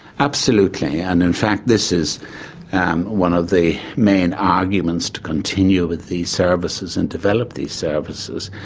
absolutely, and in fact this is um one of the main arguments to continue with these services and develop these services.